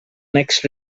next